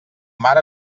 mar